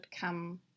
come